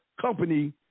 company